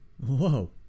Whoa